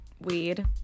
weed